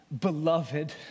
beloved